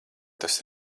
tas